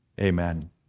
Amen